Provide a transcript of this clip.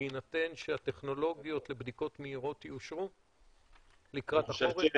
בהינתן שהטכנולוגיות לבדיקות מהירות יאושרו לקראת החורף?